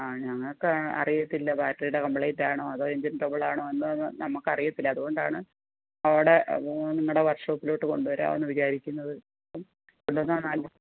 ആ ഞങ്ങൾക്ക് അറിയത്തില്ല ബാറ്ററിയുടെ കംപ്ലയിൻ്റ് ആണോ അതോ എഞ്ചിൻ ട്രബിൾ ആണോ എന്ന് നമുക്ക് അറിയത്തില്ല അതുകൊണ്ടാണ് അവിടെ ആ നിങ്ങളുടെ വർക്ക് ഷോപ്പിലോട്ട് കൊണ്ടുവരാമെന്ന് വിചാരിക്കുന്നത് കൊണ്ടുവന്നാൽ